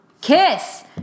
Kiss